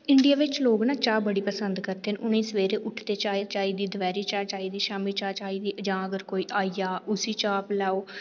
India बिच लोक ना चाह् बड़ी पसंद करदे न उ'नेंगी सवेरे उट्ठियै चाह् चाहिदी दपैहरीं चाह् चाहिदी शामीं चाह् चाहिदी जां अगर कोई आई जा उसी चाह् पलैओ